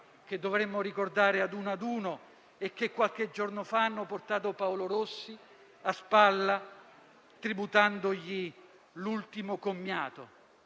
che dovremmo ricordare ad uno ad uno e che qualche giorno fa hanno portato Paolo Rossi a spalla tributandogli l'ultimo commiato.